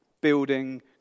building